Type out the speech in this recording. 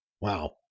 Wow